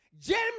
James